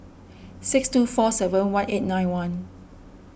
six two four seven one eight nine one